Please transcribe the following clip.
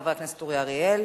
חבר הכנסת אורי אריאל,